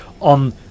on